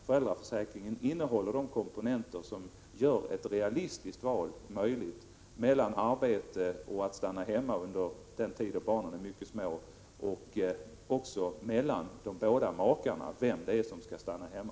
Föräldraförsäkringen innehåller de komponenter som gör ett realistiskt val möjligt mellan att arbeta och att stanna hemma under den tid då barnen är mycket små, och som också möjliggör ett val mellan vem av de båda makarna som skall stanna hemma.